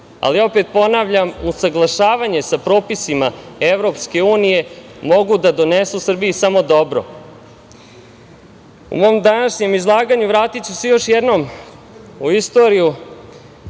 ali opet ponavljam, usaglašavanje sa propisima EU mogu da donesu Srbiji samo dobro.U mom današnjem izlaganju vratiću se još jednom u istoriju